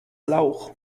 lauch